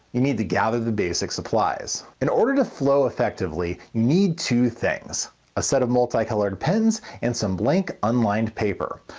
you need to gather the basic supplies. in order to flow effectively you need two things a set of multicolored pens and some blank unlined paper.